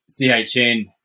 CHN